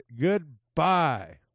Goodbye